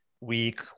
week